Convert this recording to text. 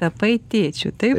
tapai tėčiu taip